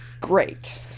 Great